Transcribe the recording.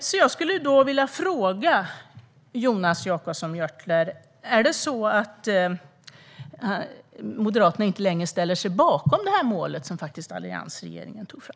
Jag skulle därför vilja fråga Jonas Jacobsson Gjörtler: Står Moderaterna inte längre bakom detta mål, som faktiskt alliansregeringen tog fram?